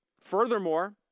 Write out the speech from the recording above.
Furthermore